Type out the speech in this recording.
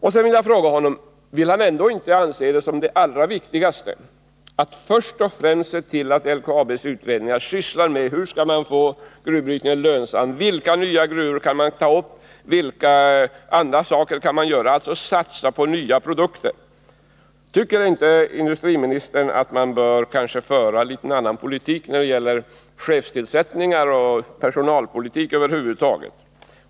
Anser inte industriministern att det viktigaste är att se till att LKAB:s utredningar sysslar med hur gruvbrytningen skall kunna göras lönsam, vilka nya gruvor som kan tas upp, vilka nya produkter man kan satsa på? Tycker inte industriministern att man bör föra en annan politik när det gäller chefstillsättningar och personalpolitik över huvud taget?